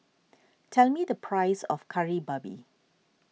tell me the price of Kari Babi